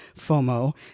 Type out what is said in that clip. FOMO